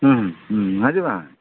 ᱦᱟᱹᱡᱩᱜ ᱢᱮ